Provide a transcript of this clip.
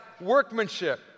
workmanship